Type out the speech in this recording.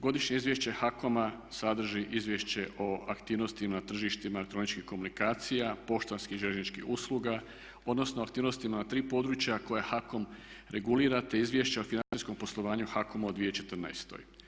Godišnje izvješće HAKOM-a sadrži izvješće o aktivnostima na tržištima elektroničkih komunikacija, poštanskih i željezničkih usluga, odnosno aktivnostima na tri područja koje HAKOM regulira, te izvješća o financijskom poslovanju HAKOM-a u 2014.